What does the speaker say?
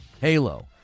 Halo